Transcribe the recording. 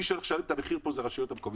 מי שמשלם את המחיר פה זה הרשויות המקומיות.